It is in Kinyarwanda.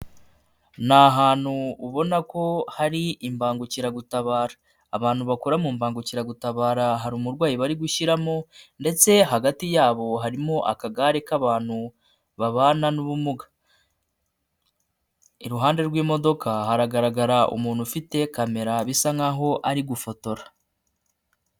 Ni ahantu ubona ko hari imbangukiragutabara. Abantu bakora mu mbangukiragutabara hari abarwayi barimo ndetse hagati yabo hari abantu baba iruhande rw'imodoka hagaragara umuntu ufite camera bisa nkaho ari gufotora.